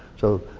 so,